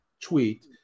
tweet